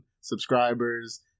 subscribers